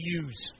use